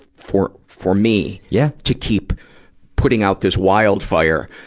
for, for me yeah to keep putting out this wildfire,